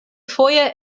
foje